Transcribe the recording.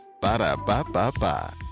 Ba-da-ba-ba-ba